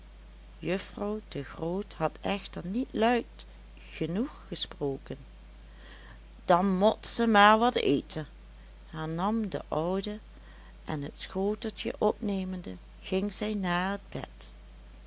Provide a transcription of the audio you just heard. juffrouw de groot had echter niet luid genoeg gesproken dan mot ze maar wat eten hernam de oude en het schoteltje opnemende ging zij naar het bed